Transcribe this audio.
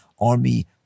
army